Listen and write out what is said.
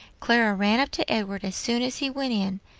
clara ran up to edward as soon as he went in,